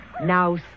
Now